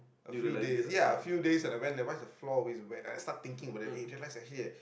a few days ya a few days and I went like why is the floor always wet I start thinking about eh that's actually a